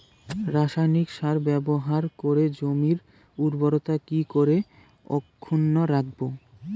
রাসায়নিক সার ব্যবহার করে জমির উর্বরতা কি করে অক্ষুণ্ন রাখবো